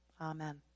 Amen